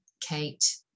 Kate